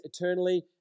eternally